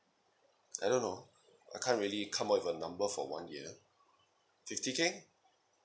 I don't know I can't really come with a number for one year fifty K